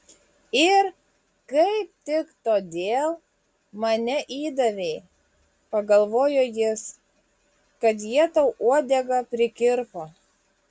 ir kaip tik todėl mane įdavei pagalvojo jis kad jie tau uodegą prikirpo